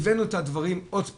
הבאנו את הדברים עוד פעם,